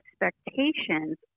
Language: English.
expectations